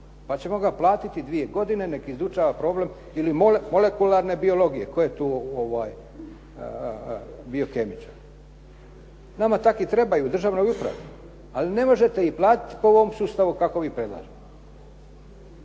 Pa ćemo ga platiti dvije godine, neka izučava problem, ili molekularne biologije, tko je tu biokemičar. Nama takvi trebaju u državnoj upravi, ali ne možete ih platiti po ovom sustavu kako vi predlažete.